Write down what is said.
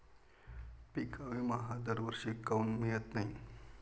पिका विमा हा दरवर्षी काऊन मिळत न्हाई?